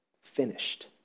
finished